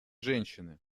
женщины